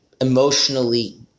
emotionally